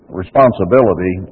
responsibility